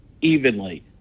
evenly